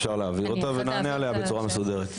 אפשר להעביר אותה ונענה עליה בצורה מסודרת.